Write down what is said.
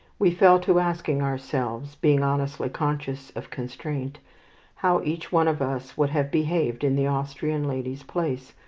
we fell to asking ourselves being honestly conscious of constraint how each one of us would have behaved in the austrian lady's place,